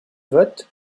vote